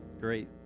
great